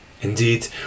Indeed